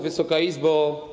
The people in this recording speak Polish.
Wysoka Izbo!